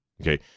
okay